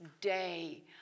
day